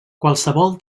qualsevol